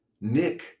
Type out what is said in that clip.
Nick